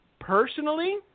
Personally